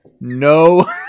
no